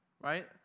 Right